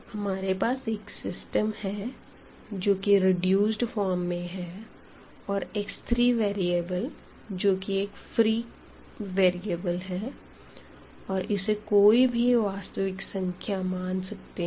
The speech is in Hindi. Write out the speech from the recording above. हमारे पास एक सिस्टम है जो कि रिड्यूस्ड फॉर्म में है और x3 वेरिएबल जो की एक फ्री वेरिएबल है और इसे कोई भी वास्तविक संख्या मान सकते हैं